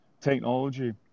technology